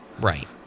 Right